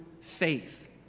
faith